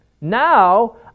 Now